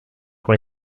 pour